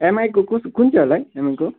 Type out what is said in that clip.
एमआईको कुन कुन चाहिँ होला है एमआईको